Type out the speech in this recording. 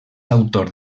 autor